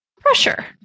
Pressure